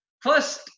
First